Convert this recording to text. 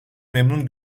memnun